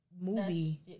movie